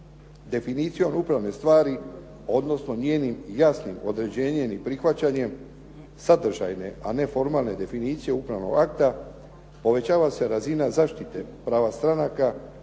Definicijom upravne stvari odnosno njenim jasnim određenjem i prihvaćanjem sadržajne, a ne formalne definicije upravnog akta povećava se razina zaštite prava stranaka obzirom